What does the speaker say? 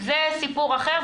זה סיפור אחר,